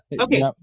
Okay